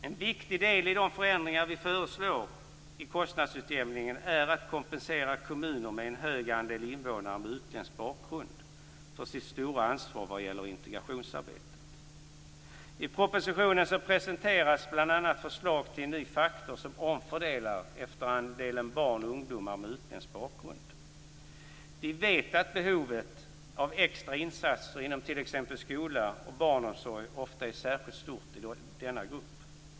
En viktig del i de förändringar som vi föreslår i kostnadsutjämningen är att man skall kompensera kommuner med en hög andel invånare med utländsk bakgrund för deras stora ansvar när det gäller integrationsarbetet. I propositionen presenteras bl.a. förslag till en ny faktor som innebär att man omfördelar efter andelen barn och ungdomar med utländsk bakgrund. Vi vet att behovet av extra insatser inom t.ex. skola och barnomsorg ofta är särskilt stort i denna grupp.